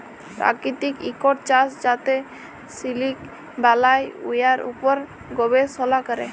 পাকিতিক ইকট চাষ যাতে সিলিক বালাই, উয়ার উপর গবেষলা ক্যরে